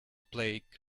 plague